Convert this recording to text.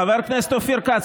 חבר הכנסת אופיר כץ,